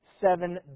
seven